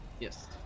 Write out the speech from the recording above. Yes